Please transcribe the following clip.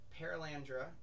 Paralandra